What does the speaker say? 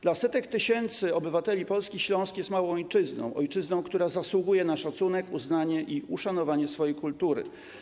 Dla setek tysięcy obywateli Polski Śląsk jest małą ojczyzną, która zasługuje na szacunek, uznanie i uszanowanie swojej kultury.